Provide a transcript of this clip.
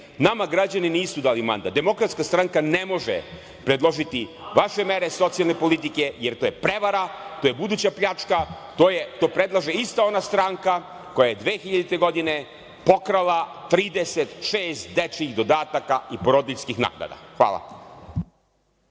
Nama građani nisu dali mandat. Demokratska stranka ne može predložiti vaše mere socijalne politike, jer to je prevara, to je buduća pljačka, to predlaže ista ona stranka koja je 2000. godine pokrala 36 dečjih dodataka i porodiljskih naknada. Hvala.